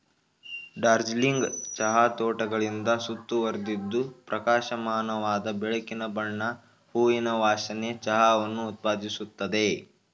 ಡಾರ್ಜಿಲಿಂಗ್ ಚಹಾ ತೋಟಗಳಿಂದ ಸುತ್ತುವರಿದಿದ್ದು ಪ್ರಕಾಶಮಾನವಾದ ಬೆಳಕಿನ ಬಣ್ಣ ಹೂವಿನ ವಾಸನೆಯ ಚಹಾವನ್ನು ಉತ್ಪಾದಿಸುತ್ತದೆ